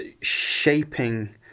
shaping